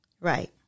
Right